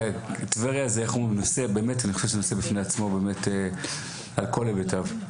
טבריה, אני חושב שזה נושא בפני עצמו על כל היבטיו.